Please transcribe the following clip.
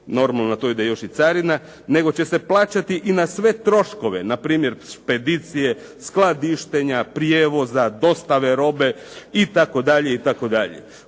normalno na to ide još i carina nego će se plaćati i na sve troškove, na primjer špedicije, skladištenja, prijevoza, dostave robe itd.